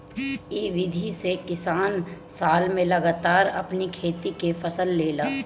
इ विधि से किसान साल में लगातार अपनी खेते से फसल लेला